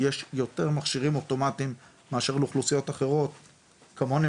יש יותר מכשירים אוטומטיים מאשר לאוכלוסיות אחרות כמוני,